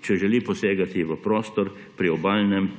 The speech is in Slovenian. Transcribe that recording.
če želi posegati v prostor pri obalnem